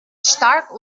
stark